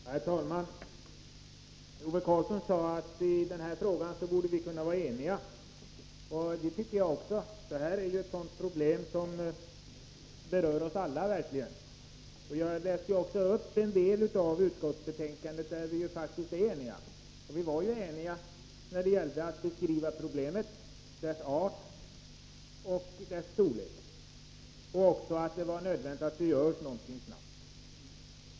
Herr talman! Ove Karlsson sade att vi borde kunna vara eniga i den här frågan. Det tycker jag också. Detta är ett sådant problem som verkligen berör oss alla. Jag läste också upp en del av utskottets betänkande där vi faktiskt är eniga. Vi var ju eniga när det gällde att beskriva problemet, dess art och dess storlek, och också om att det är nödvändigt att någonting görs snart.